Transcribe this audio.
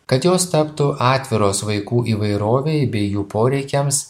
kad jos taptų atviros vaikų įvairovei bei jų poreikiams